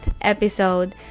episode